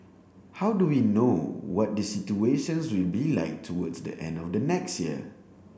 how do we know what the situations will be like towards the end of next year